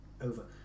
Over